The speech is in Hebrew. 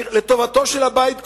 לטובתו של הבית כולו,